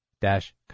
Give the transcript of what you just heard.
dash